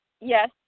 Yes